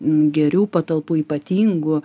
gerų patalpų ypatingų